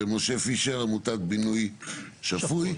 משה פישר, עמותת בינוי שפוי.